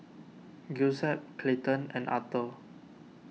Giuseppe Clayton and Arthor